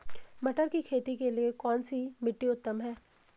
मटर की खेती के लिए कौन सी मिट्टी उत्तम है?